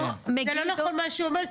זה לא נכון מה שהוא אומר,